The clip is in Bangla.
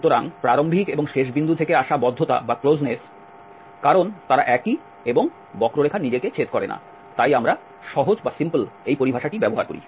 সুতরাং প্রারম্ভিক এবং শেষ বিন্দু থেকে আসা বদ্ধতা কারণ তারা একই এবং বক্ররেখা নিজেকে ছেদ করে না তাই আমরা 'সহজ ' এই পরিভাষাটি ব্যবহার করি